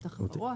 ספציפיים.